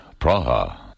Praha